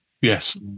Yes